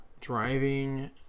Driving